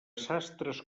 sastres